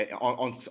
on